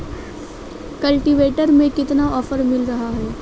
Cultivator में कितना offer मिल रहा है?